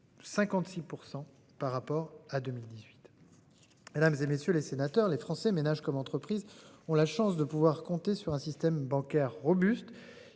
56% par rapport à 2018. Mesdames, et messieurs les sénateurs, les Français ménage comme entreprises ont la chance de pouvoir compter sur un système bancaire robuste